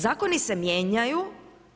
Zakoni se mijenjaju